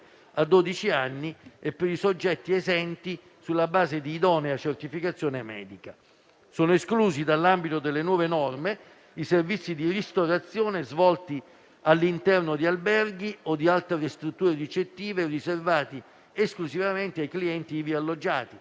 anni e per i soggetti esenti sulla base di idonea certificazione medica. Sono esclusi dall'ambito delle nuove norme i servizi di ristorazione svolti all'interno di alberghi o di altre strutture ricettive riservati esclusivamente ai clienti ivi alloggiati,